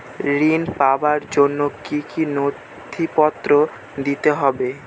ঋণ পাবার জন্য কি কী নথিপত্র দিতে হবে?